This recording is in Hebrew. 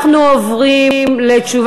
מה עם כל הטרוריסטים שהם קדושים בעיניך?